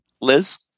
Liz